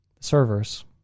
servers